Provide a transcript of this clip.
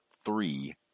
three